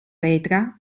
petra